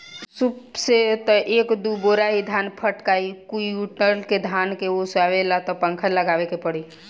सूप से त एक दू बोरा ही धान फटकाइ कुंयुटल के धान के ओसावे ला त पंखा लगावे के पड़ी